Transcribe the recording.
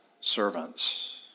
servants